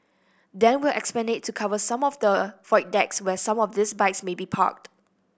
then we'll expand it to cover some of the void decks where some of these bikes may be parked